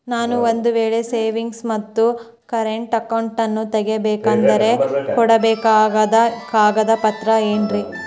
ನಾನು ಒಂದು ವೇಳೆ ಸೇವಿಂಗ್ಸ್ ಮತ್ತ ಕರೆಂಟ್ ಅಕೌಂಟನ್ನ ತೆಗಿಸಬೇಕಂದರ ಕೊಡಬೇಕಾದ ಕಾಗದ ಪತ್ರ ಏನ್ರಿ?